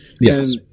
Yes